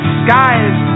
skies